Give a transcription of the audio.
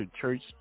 church